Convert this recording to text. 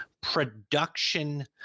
production